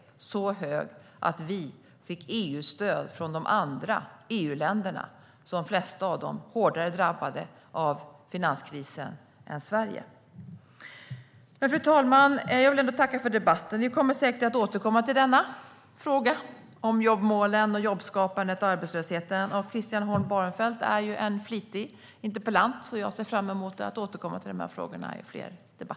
Den var så hög att vi fick EU-stöd från de andra EU-länderna, varav de flesta var hårdare drabbade av finanskrisen än Sverige. Fru talman! Jag vill ändå tacka för debatten. Vi kommer säkert att återkomma till frågorna om jobbmålen, jobbskapandet och arbetslösheten. Christian Holm Barenfeld är en flitig interpellant. Jag ser fram emot att återkomma till de frågorna i fler debatter.